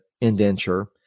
indenture